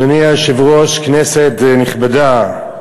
אדוני היושב-ראש, כנסת נכבדה,